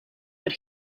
but